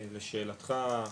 לשאלתך,